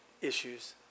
issues